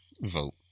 vote